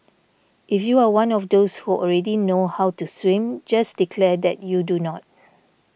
if you are one of those who already know how to swim just declare that you do not